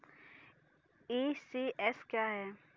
ECS क्या है?